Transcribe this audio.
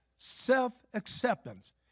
Self-acceptance